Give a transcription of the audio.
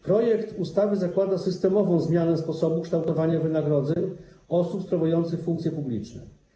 Projekt ustawy zakłada systemową zmianę sposobu kształtowania wynagrodzeń osób sprawujących funkcje publiczne.